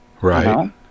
Right